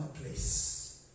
place